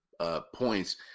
points